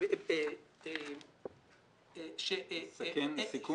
כשיש סיכון,